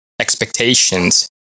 expectations